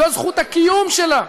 זו זכות הקיום שלה,